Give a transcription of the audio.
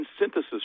Synthesis